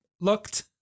looked